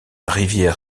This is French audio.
rivière